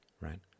right